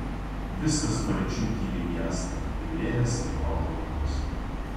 viskas paryčiui tyliai gęsta ir vėjas ir laužo ugnis